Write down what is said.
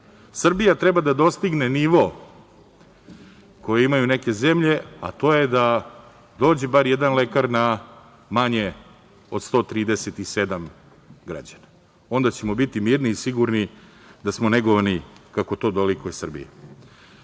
treba da dostigne nivo koje imaju neke zemlje, a to je da dođe bar jedan lekar na manje od 137 građana. Onda ćemo biti mirni i sigurni da smo negovani kako to dolikuje